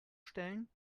stellen